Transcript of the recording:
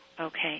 Okay